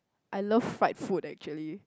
I love fried food actually